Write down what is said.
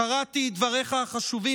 קראתי את דבריך החשובים,